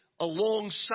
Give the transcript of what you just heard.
Alongside